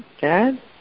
Dad